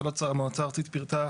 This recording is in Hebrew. שהמועצה הארצית פירטה